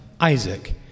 Isaac